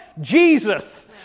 Jesus